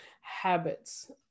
habits